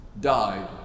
died